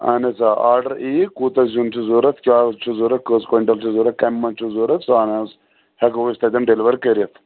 اہَن حظ آ آرڈَر ایی کوٗتاہ زیُن چھُ ضروٗرت کیاہ حظ چھُ ضروٗرت کٔژ کۄینٹل چھ ضروٗرت یا کمہِ منٛز چھ ضروٗرت سُہ ہان حظ ہیٚکَو أسۍ تَتٮ۪ن ڈِلوَر کٔرِتھ